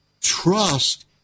trust